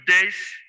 days